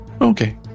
Okay